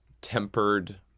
tempered